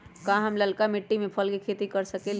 का हम लालका मिट्टी में फल के खेती कर सकेली?